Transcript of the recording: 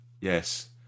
Yes